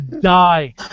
die